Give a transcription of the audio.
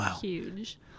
huge